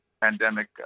pandemic